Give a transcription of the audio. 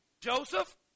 Joseph